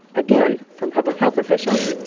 again from public health officials,